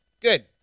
Good